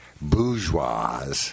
bourgeois